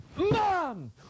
Mom